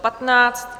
15.